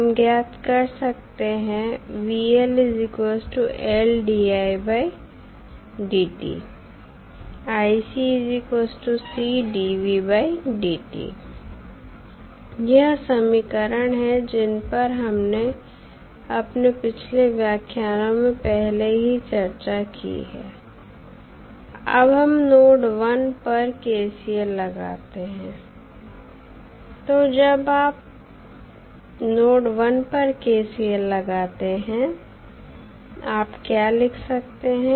हम ज्ञात कर सकते हैं यह समीकरण है जिन पर हमने अपने पिछले व्याख्यानो में पहले ही चर्चा की है अब हम नोड 1 पर KCL लगाते हैं तो जब आप नोड 1 पर KCL लगाते हैं आप क्या लिख सकते हैं